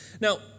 Now